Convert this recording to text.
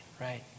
right